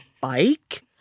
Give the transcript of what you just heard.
bike